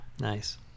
Nice